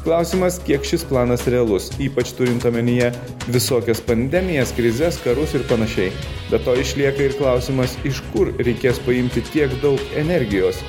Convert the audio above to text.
klausimas kiek šis planas realus ypač turint omenyje visokias pandemijas krizes karus ir panašiai be to išlieka ir klausimas iš kur reikės paimti tiek daug energijos